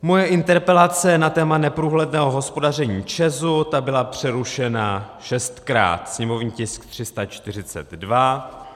Moje interpelace na téma neprůhledného hospodaření ČEZu byla přerušena šestkrát, sněmovní tisk 342.